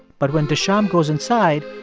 but when deschamps goes inside,